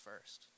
first